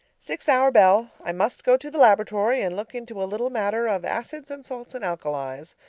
sixth-hour bell i must go to the laboratory and look into a little matter of acids and salts and alkalis.